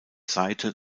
seite